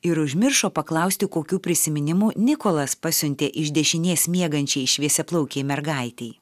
ir užmiršo paklausti kokių prisiminimų nikolas pasiuntė iš dešinės miegančiai šviesiaplaukei mergaitei